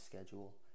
schedule